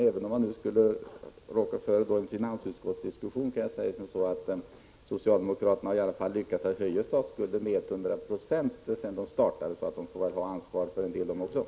Även om jag nu skulle råka föregå en finansutskottsdiskussion, kan jag säga att socialdemokraterna i alla fall har lyckats öka statsskulden med 100 96 sedan man tog över. Så även socialdemokraterna får väl ta en del av ansvaret.